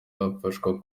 yafashwa